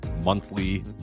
monthly